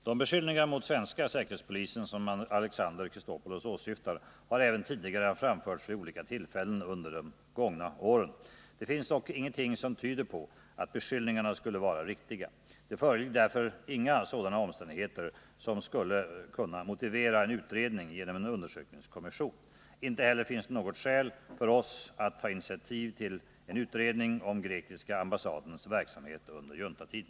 De beskyllningar mot svenska säkerhetspolisen som Alexander Chrisopoulos åsyftar har även tidigare framförts vid olika tillfällen under de gångna åren. Det finns dock ingenting som tyder på att beskyllningarna skulle vara riktiga. Det föreligger därför inga sådana omständigheter som skulle kunna motivera en utredning genom en undersökningskommission. Inte heller finns det något skäl för oss att ta initiativ till en utredning om grekiska ambassadens verksamhet under juntatiden.